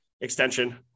extension